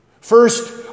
First